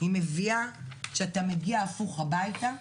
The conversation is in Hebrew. מביאה כשאתה מגיע הפוך הביתה,